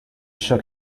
shook